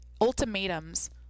ultimatums